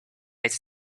it’s